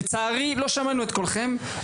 לצערי אז לא שמענו את קולכם.